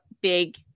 big